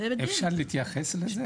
אפשר להתייחס לזה?